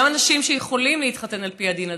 גם אנשים שיכולים להתחתן על פי הדין הדתי,